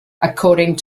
according